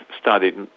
studied